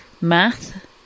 math